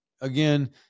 Again